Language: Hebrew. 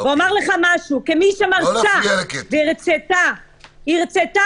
אומר לך משהו כמי שמרצה והרצתה מינהל